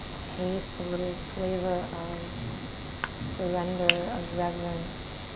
taste, a little flavor of surrender, of reverence.